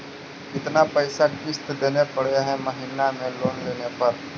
कितना पैसा किस्त देने पड़ है महीना में लोन लेने पर?